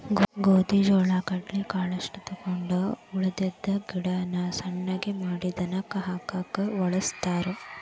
ಗೋದಿ ಜೋಳಾ ಕಡ್ಲಿ ಕಾಳಷ್ಟ ತಕ್ಕೊಂಡ ಉಳದಿದ್ದ ಗಿಡಾನ ಸಣ್ಣಗೆ ಮಾಡಿ ದನಕ್ಕ ಹಾಕಾಕ ವಳಸ್ತಾರ